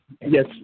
Yes